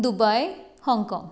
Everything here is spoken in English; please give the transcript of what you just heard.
Dubai Hong Kong